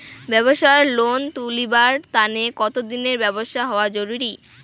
ব্যাবসার লোন তুলিবার তানে কতদিনের ব্যবসা হওয়া জরুরি?